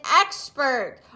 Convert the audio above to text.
expert